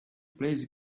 plays